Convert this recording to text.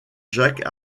jacques